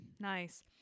Nice